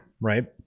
right